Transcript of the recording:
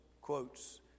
quotes